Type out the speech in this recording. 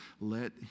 let